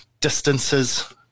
distances –